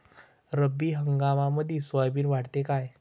रब्बी हंगामामंदी सोयाबीन वाढते काय?